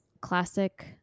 classic